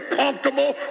comfortable